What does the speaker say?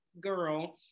girl